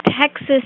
Texas